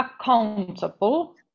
accountable